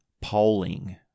polling